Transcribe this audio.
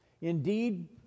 Indeed